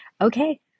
Okay